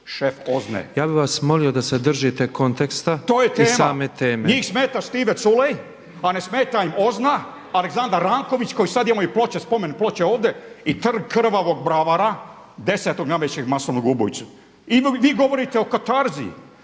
(MOST)** Ja bi vas molio da se držite konteksta i same teme. **Glasnović, Željko (Nezavisni)** To je tema. Njih smeta Stevo Culej a ne smeta im OZNA, Aleksandar Ranković koji sad ima i spomen ploče ovdje i trg krvavog bravara, desetog najvećeg masovnog ubojice. I vi govorite o katarzi,